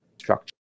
structure